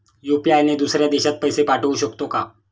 UPI ने दुसऱ्या देशात पैसे पाठवू शकतो का?